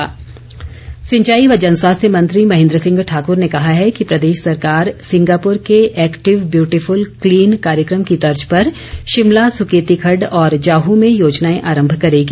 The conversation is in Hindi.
महेन्द्र सिंह सिंचाई व जन स्वास्थ्य मंत्री महेन्द्र सिंह ठाकुर ने कहा है कि प्रदेश सरकार सिंगापुर के एक्टिव ब्यूटिफुल क्लीन कार्यक्रम की तर्ज पर शिमला सुकेती खड़ड और जाहू में योजनाए आरम्भ करेगी